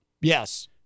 Yes